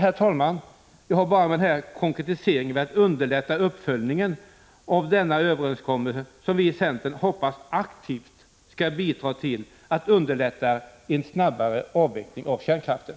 Herr talman! Jag har med denna konkretisering velat underlätta uppföljningen av den överenskommelse som vi i centern hoppas aktivt skall bidra till att underlätta en snabbare avveckling av kärnkraften.